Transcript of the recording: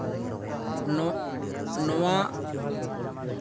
ᱱᱚᱜ ᱱᱚᱣᱟ